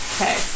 Okay